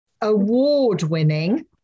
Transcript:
award-winning